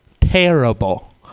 terrible